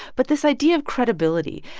but this idea of credibility,